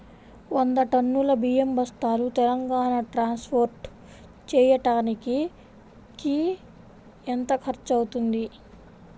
వంద టన్నులు బియ్యం బస్తాలు తెలంగాణ ట్రాస్పోర్ట్ చేయటానికి కి ఎంత ఖర్చు అవుతుంది?